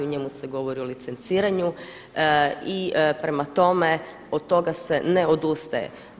U njemu se govori o licenciranju i prema tome od toga se ne odustaje.